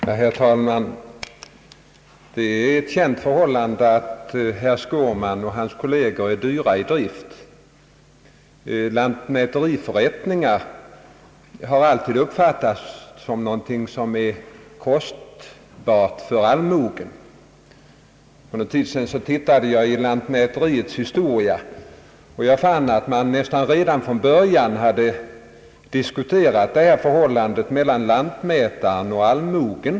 Herr talman! Det är ett känt förhållande att herr Skårman och hans kolleger blir dyra i drift — lantmäteriförrättningar har alltid uppfattats som någonting för allmogen dyrbart! För någon tid sedan tittade jag i lantmäteriets historia och fann, att man nästan från dess början hade diskuterat förhållandet mellan lantmätaren och allmogen.